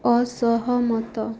ଅସହମତ